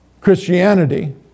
Christianity